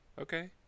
Okay